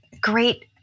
great